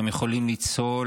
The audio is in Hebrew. אתם יכולים לצהול,